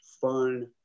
fun